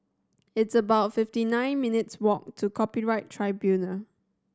it's about fifty nine minutes' walk to Copyright Tribunal